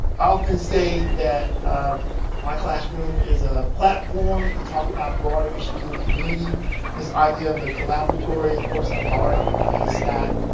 often say that my classroom is a platform to talk about broader issues in the community and this idea of the collaboratory of course, i'm borrowing from a haystack.